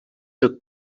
took